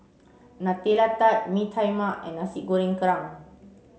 Nutella Tart Mee Tai Mak and Nasi Goreng Kerang